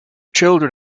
children